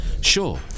Sure